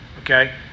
okay